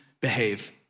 behave